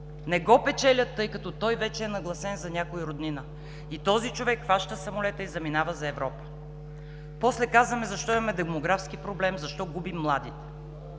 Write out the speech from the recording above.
не го печелят, тъй като той вече е нагласен за някой роднина, и този човек хваща самолета и заминава за Европа. После казваме: защо имаме демографски проблем, защо губим младите?